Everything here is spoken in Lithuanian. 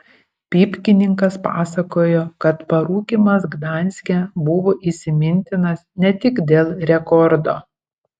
pypkininkas pasakojo kad parūkymas gdanske buvo įsimintinas ne tik dėl rekordo